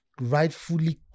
rightfully